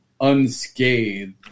unscathed